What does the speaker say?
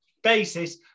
basis